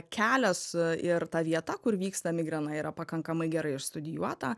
kelias ir ta vieta kur vyksta migrena yra pakankamai gerai išstudijuota